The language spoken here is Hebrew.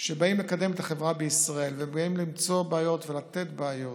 שבאים לקדם את החברה בישראל ובאים למצוא בעיות ולפתור בעיות,